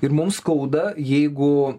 ir mums skauda jeigu